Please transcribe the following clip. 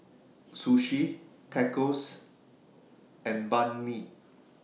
Sushi Tacos and Banh MI